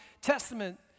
Testament